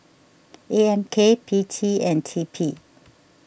A M K P T and T P